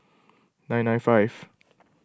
nine nine five